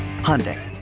Hyundai